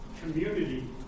community